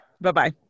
Bye-bye